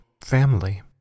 family